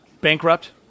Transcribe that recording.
Bankrupt